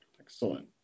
Excellent